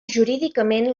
jurídicament